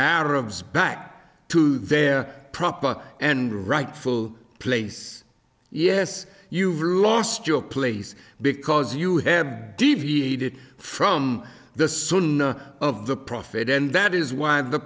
arabs back to their proper and rightful place yes you've lost your place because you have deviated from the soon of the prophet and that is why the